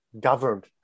governed